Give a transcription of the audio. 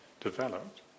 developed